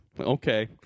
Okay